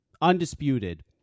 Undisputed